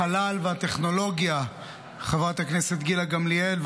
החלל והטכנולוגיה חברת הכנסת גילה גמליאל.